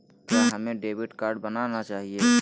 क्या हमें debit card बनाना चाहिए?